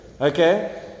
Okay